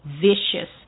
vicious